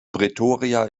pretoria